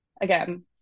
again